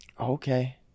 okay